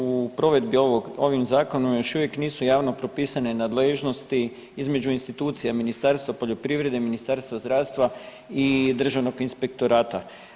U provedbi ovim zakonom još uvijek nisu javno propisane nadležnosti između institucija Ministarstva poljoprivrede i Ministarstva zdravstva i Državnog inspektorata.